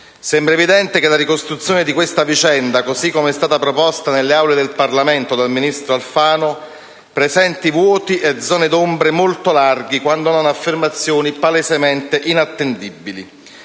sembra evidente che la ricostruzione di questa vicenda, così come è stata proposta nelle Aule del Parlamento dal ministro Alfano, presento vuoti e zone d'ombra molto larghi, quando non affermazioni palesemente inattendibili.